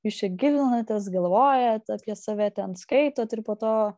jūs čia gilinatės galvojat apie save ten skaitot ir po to